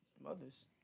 mothers